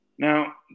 Now